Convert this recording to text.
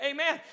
Amen